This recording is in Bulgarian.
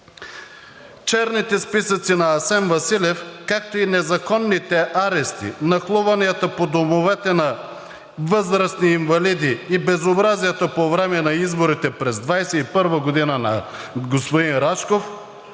Черните списъци на Асен Василев, както и незаконните арести, нахлуванията по домовете на възрастни инвалиди и безобразията по време на изборите през 2021 г. на господин Рашков,